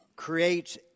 creates